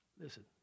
listen